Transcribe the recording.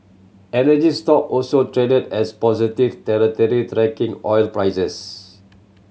energy stock also traded as positive territory tracking oil prices